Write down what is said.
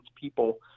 people –